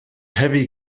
heavy